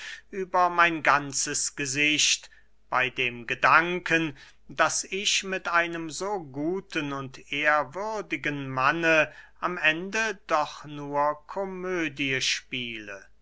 über mein ganzes gesicht bey dem gedanken daß ich mit einem so guten und ehrwürdigen manne am ende doch nur komödie spiele